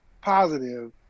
positive